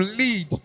lead